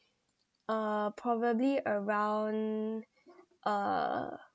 uh probably around uh